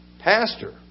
pastor